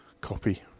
copy